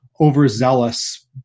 overzealous